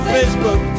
Facebook